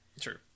True